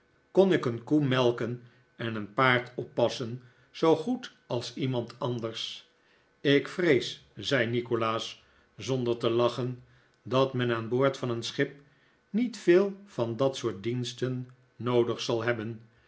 kon ik een koe melken en een paard oppassen zoo goed als iemand anders ik vrees zei nikolaas zonder te lachen dat men aan boord van een schip niet veel van dat soort diensten noodig zal hebben